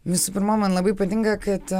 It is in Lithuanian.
visų pirma man labai patinka kad